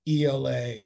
ELA